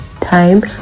time